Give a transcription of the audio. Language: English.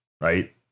right